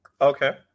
Okay